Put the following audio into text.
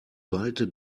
ballte